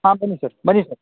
ಹಾಂ ಬನ್ನಿ ಸರ್ ಬನ್ನಿ ಸರ್